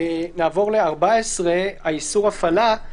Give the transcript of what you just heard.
נעבור לסעיף 14, איסור הפעלה.